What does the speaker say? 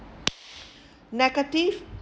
negative